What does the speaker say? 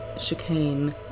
Chicane